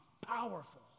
powerful